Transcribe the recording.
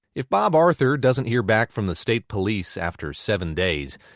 if bob arthur doesn't hear back from the state police after seven days,